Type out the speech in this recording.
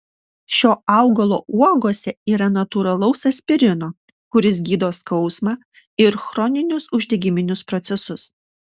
šio augalo uogose yra natūralaus aspirino kuris gydo skausmą ir chroninius uždegiminius procesus